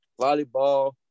volleyball